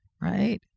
right